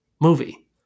movie